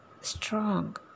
strong